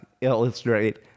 illustrate